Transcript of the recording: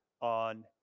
on